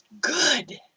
good